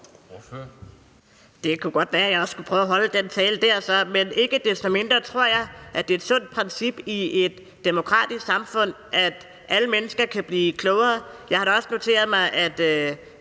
Det kunne godt være, at jeg skulle prøve at holde den tale dér så. Men ikke desto mindre tror jeg, at det er et sundt princip i et demokratisk samfund, at alle mennesker kan blive klogere. Jeg har da også noteret mig, at